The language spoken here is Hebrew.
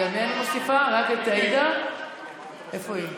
עזב את המדינה בלי מחליף,